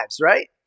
right